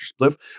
Spliff